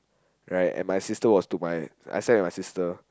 right and my sister was to my I slept with my sister